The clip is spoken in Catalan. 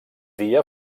dia